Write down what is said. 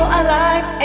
alive